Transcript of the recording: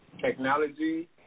Technology